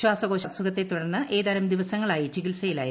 ശ്വാസകോശ അസുഖത്തെ തുടർന്ന് ഏതാനും ദിവസങ്ങളായി ചികിത്സയിലായിരുന്നു